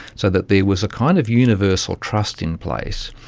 so that there was a kind of universal trust in place,